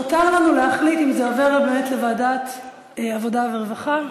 נותר לנו להחליט אם זה עובר באמת לוועדת העבודה והרווחה,